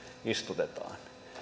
istutetaan